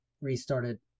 restarted